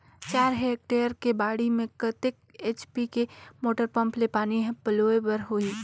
चार हेक्टेयर के बाड़ी म कतेक एच.पी के मोटर पम्म ले पानी पलोय बर होही?